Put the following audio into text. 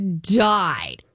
died